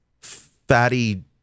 fatty